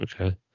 okay